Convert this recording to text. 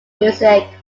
music